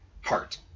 Heart